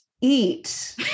eat